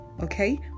okay